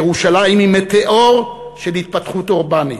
ירושלים היא מטאור של התפתחות אורבנית,